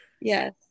yes